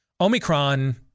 Omicron